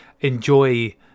enjoy